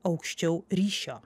aukščiau ryšio